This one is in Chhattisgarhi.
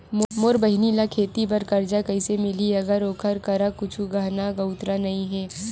मोर बहिनी ला खेती बार कर्जा कइसे मिलहि, अगर ओकर करा कुछु गहना गउतरा नइ हे?